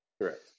Correct